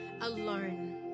alone